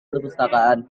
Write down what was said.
perpustakaan